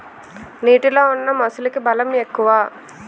నీటిలో ఉన్న మొసలికి బలం ఎక్కువ